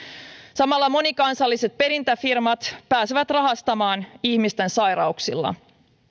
samalla monikansalliset perintäfirmat pääsevät rahastamaan ihmisten sairauksilla